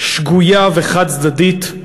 שגויה וחד-צדדית,